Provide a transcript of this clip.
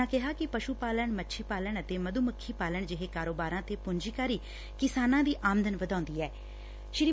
ਉਨ੍ਹਾਂ ਕਿਹਾ ਕਿ ਪਸੂ ਪਾਲਣ ਮੱਛੀ ਪਾਲਣ ਅਤੇ ਮਧੋ ਮੱਖੀ ਪਾਲਣ ਜਿਹੇ ਕਾਰੋਬਾਰਾਂ ਤੇ ਪੰਜੀਕਾਰੀ ਕਿਸਾਨਾਂ ਦੀ ਆਮਦਨ ਵਧਾਏਗੀ